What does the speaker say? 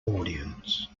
audience